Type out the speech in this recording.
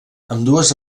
ambdues